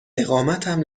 اقامتم